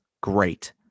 great